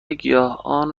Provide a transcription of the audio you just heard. گیاهان